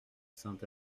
saint